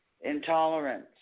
Intolerance